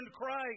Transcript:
Christ